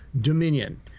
Dominion